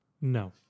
No